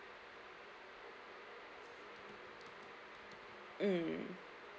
mm